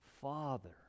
Father